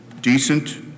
decent